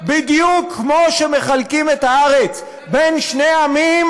בדיוק כמו שמחלקים את הארץ בין שני עמים,